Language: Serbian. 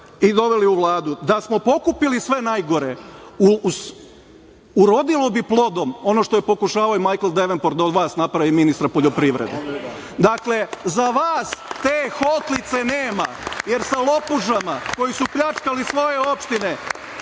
i doveli u Vladu. Da smo pokupili sve najgore, urodilo bi plodom, ono što je pokušavao i Majkl Devenport da od vas napravi ministra poljoprivrede. Dakle, za vas te hoklice nema, jer sa lopužama koje su pljačkali svoje opštine